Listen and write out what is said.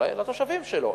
לתושבים שלו.